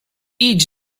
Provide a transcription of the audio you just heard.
idź